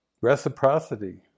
Reciprocity